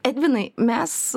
edvinai mes